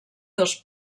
dos